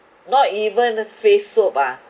not even a face soap ah